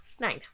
Nine